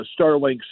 Starlink